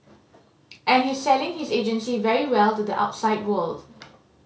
and he's selling his agency very well to the outside world